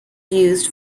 used